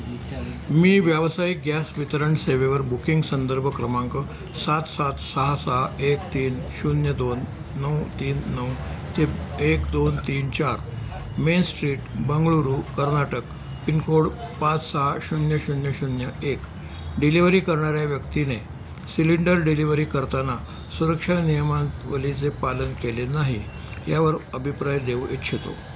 मी व्यावसायिक गॅस वितरण सेवेवर बुकिंग संदर्भ क्रमांक सात सात सहा सहा एक तीन शून्य दोन नऊ तीन नऊ ते एक दोन तीन चार main street Bengaluru Karnataka pin code पाच सहा शून्य शून्य शून्य एक डिलिव्हरी करणाऱ्या व्यक्तीने सिलिंडर डिलिव्हरी करताना सुरक्षा नियमावलीचे पालन केले नाही यावर अभिप्राय देऊ इच्छितो